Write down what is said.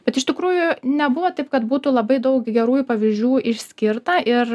bet iš tikrųjų nebuvo taip kad būtų labai daug gerųjų pavyzdžių išskirta ir